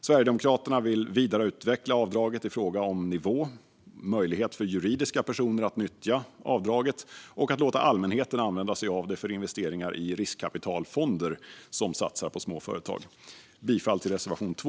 Sverigedemokraterna vill vidareutveckla avdraget i fråga om nivå, möjlighet för juridiska personer att nyttja avdraget och att låta allmänheten använda sig av det för investeringar i riskkapitalfonder som satsar på små företag. Jag yrkar bifall till reservation 2.